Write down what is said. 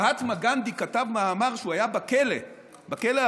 מהטמה גנדי כתב מאמר כשהוא היה בכלא הבריטי